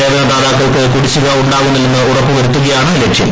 സേവനദാതാക്കൾക്ക് കുടിശ്ശിക ഉണ്ടാകുന്നില്ലെന്ന് ഉറപ്പുവരുത്തുകയാണ് ലക്ഷ്യം